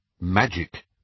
MAGIC